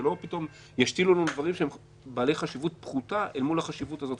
שלא פתאום ישתילו דברים שהם בעלי חשיבות פחותה אל מול החשיבות הזאת.